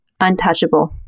untouchable